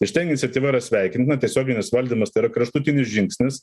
iš ten iniciatyva yra sveikintina tiesioginis valdymas tai yra kraštutinis žingsnis